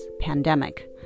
pandemic